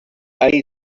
aden